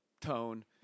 tone